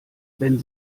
wenn